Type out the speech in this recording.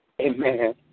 Amen